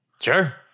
Sure